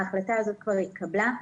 ההחלטה הזאת כבר התקבלה.